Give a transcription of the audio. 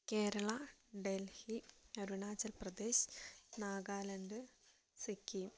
Kerala Delhi Arunachal Pradesh Nagaland Sikkim